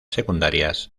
secundarias